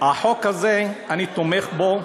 החוק הזה, אני תומך בו.